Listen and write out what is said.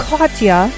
Katya